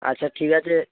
আচ্ছা ঠিক আছে